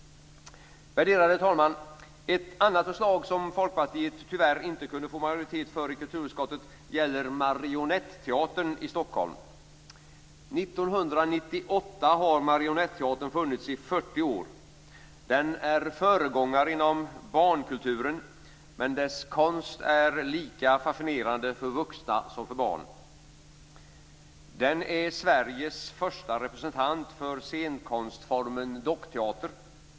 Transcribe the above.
Värderade talman! Ett annat förslag, som Folkpartiet tyvärr inte kunde få majoritet för i kulturutskottet, gäller Marionetteatern i Stockholm. 1998 har Marionetteatern funnits i 40 år. Den är föregångare inom barnkulturen, men dess konst är lika fascinerande för vuxna som för barn. Den är Sveriges första representant för scenkonstformen dockteater.